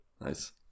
Nice